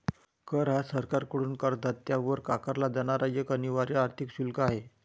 कर हा सरकारकडून करदात्यावर आकारला जाणारा एक अनिवार्य आर्थिक शुल्क आहे